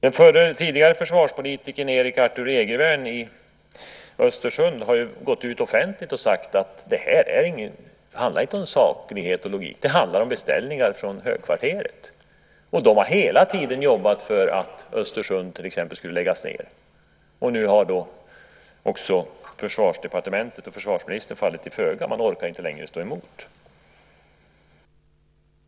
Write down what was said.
Den tidigare försvarspolitikern Erik Arthur Egevärn i Östersund har offentligt gått ut och sagt att här handlar det inte om saklighet och logik. Det handlar om beställningar från högkvarteret. De har hela tiden jobbat till exempel för en nedläggning i Östersund. Nu har också Försvarsdepartementet och försvarsministern fallit till föga; man orkar inte längre stå emot.